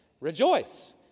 rejoice